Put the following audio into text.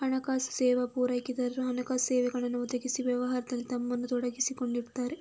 ಹಣಕಾಸು ಸೇವಾ ಪೂರೈಕೆದಾರರು ಹಣಕಾಸು ಸೇವೆಗಳನ್ನ ಒದಗಿಸುವ ವ್ಯವಹಾರದಲ್ಲಿ ತಮ್ಮನ್ನ ತೊಡಗಿಸಿಕೊಂಡಿರ್ತಾರೆ